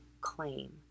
claim